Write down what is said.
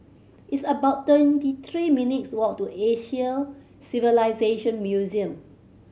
it's about twenty three minutes' walk to Asian Civilisation Museum